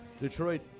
Detroit